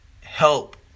help